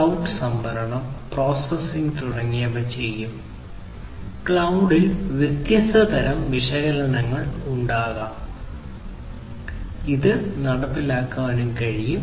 cloud സംഭരണം processing തുടങ്ങിയവ ചെയ്യും ക്ലൌഡിൽ വ്യത്യസ്ത തരം വിശകലനങ്ങൾ ഉണ്ടാകാം അത് നടപ്പിലാക്കാൻ കഴിയും